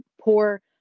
poor